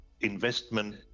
investment